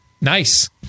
Nice